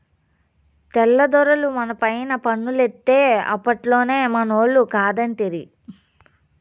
తెల్ల దొరలు మనపైన పన్నులేత్తే అప్పట్లోనే మనోళ్లు కాదంటిరి